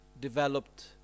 developed